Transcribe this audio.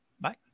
bye